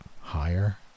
higher